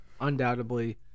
undoubtedly